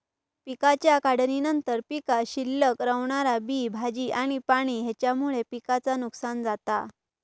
पिकाच्या काढणीनंतर पीकात शिल्लक रवणारा बी, भाजी आणि पाणी हेच्यामुळे पिकाचा नुकसान जाता